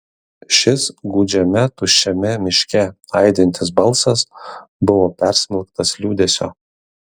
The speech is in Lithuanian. šis gūdžiame tuščiame miške aidintis balsas buvo persmelktas liūdesio